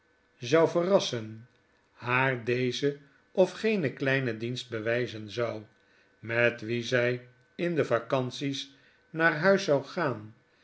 zou verrassen haar dezen of genen kleinen dienst bewyzen zou met wie t in de vacanties naar huis zou gaan